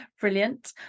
brilliant